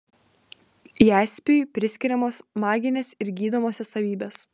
jaspiui priskiriamos maginės ir gydomosios savybės